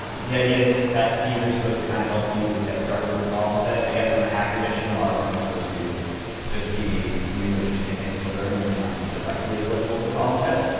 the idea is that these are supposed to kind of help you get started with the problem set. i guess on the hacker edition, a lot of them are supposed to just be new, interesting things to learn. they may not be directly applicable to the problem set.